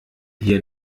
hier